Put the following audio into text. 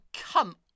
come